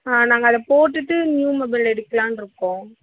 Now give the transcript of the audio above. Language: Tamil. ஆ நாங்கள் அதை போட்டுவிட்டு நியூ மொபைல் எடுக்லான்யிருக்கோம்